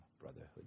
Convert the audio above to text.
brotherhood